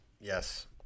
yes